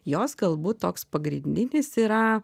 jos galbūt toks pagrindinis yra